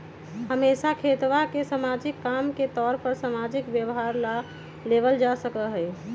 हमेशा खेतवा के सामाजिक काम के तौर पर सामाजिक व्यवहार ला लेवल जा सका हई